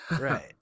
Right